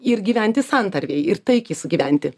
ir gyventi santarvėj ir taikiai sugyventi